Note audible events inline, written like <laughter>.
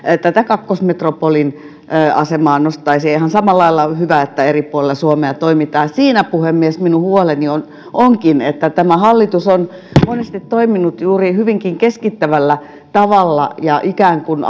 tätä kakkosmetropolin asemaa nostaisin ja ihan samalla lailla on hyvä että eri puolilla suomea toimitaan siinä puhemies minun huoleni onkin että tämä hallitus on monesti toiminut juuri hyvinkin keskittävällä tavalla ja ikään kuin <unintelligible>